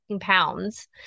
pounds